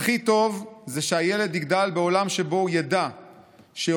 "הכי טוב" זה שהילד יגדל בעולם שבו הוא ידע שיוכל